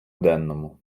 денному